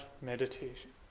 meditation